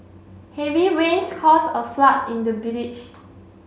heavy rains cause a flood in the village